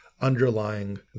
Underlying